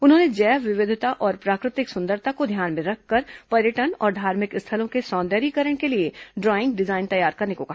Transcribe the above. उन्होंने जैव विविधता और प्राकृतिक सुंदरता को ध्यान में रखकर पर्यटन और धार्मिक स्थलों के सौंदर्यीकरण के लिए ड्राईग डिजाइन तैयार करने को कहा